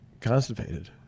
constipated